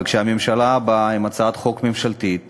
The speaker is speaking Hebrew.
וכשהממשלה באה עם הצעת חוק ממשלתית מגובשת,